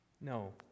No